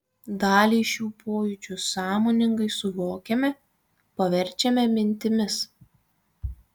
dalį šių pojūčių sąmoningai suvokiame paverčiame mintimis